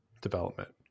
development